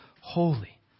holy